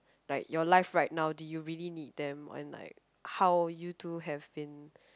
like your life right now do you really need them and like how you two have been